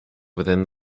located